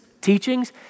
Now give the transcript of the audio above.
teachings